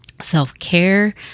self-care